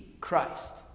Christ